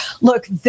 Look